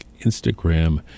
Instagram